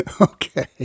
Okay